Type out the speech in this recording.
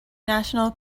national